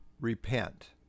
repent